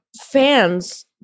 fans